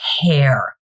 hair